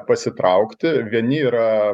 pasitraukti vieni yra